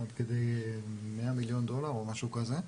עד כדי 100 מיליון דולר או משהו כזה,